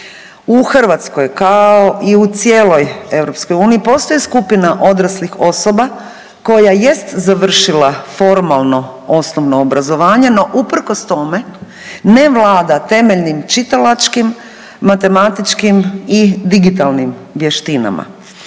u Hrvatskoj kao i u cijeloj Europskoj uniji postoji skupina odraslih osoba koja jest završila formalno osnovno obrazovanje, no uprkos tome ne vlada temeljnim čitalačkim, matematičkim i digitalnim vještinama.